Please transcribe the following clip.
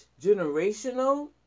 generational